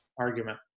argument